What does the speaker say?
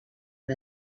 que